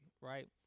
right